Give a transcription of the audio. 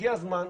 הגיע הזמן,